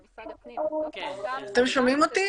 אתם שומעים אותי?